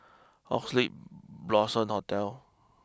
Oxley Blossom Hotel